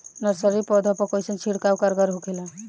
Nursery पौधा पर कइसन छिड़काव कारगर होखेला?